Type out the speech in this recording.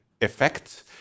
effect